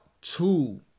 two